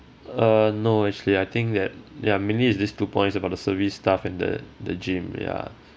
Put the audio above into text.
uh no actually I think that ya mainly is these two points about the service staff in the the gym ya